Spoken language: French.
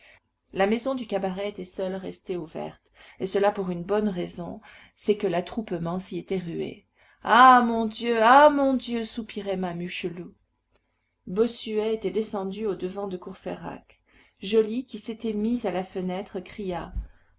la maison du cabaret était seule restée ouverte et cela pour une bonne raison c'est que l'attroupement s'y était rué ah mon dieu ah mon dieu soupirait mame hucheloup bossuet était descendu au-devant de courfeyrac joly qui s'était mis à la fenêtre cria